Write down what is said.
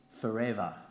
forever